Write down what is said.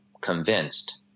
convinced